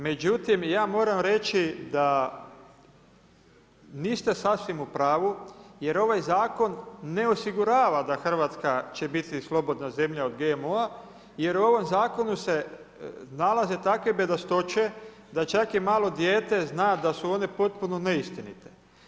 Međutim, ja moram reći da niste sasvim u pravu jer ovaj zakon ne osigurava da Hrvatska će biti slobodna zemlja od GMO-a, jer u ovom zakonu se nalaze takve bedastoće da čak i malo dijete zna da su one potpuno neistinite.